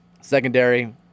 Secondary